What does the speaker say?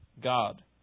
God